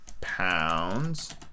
pounds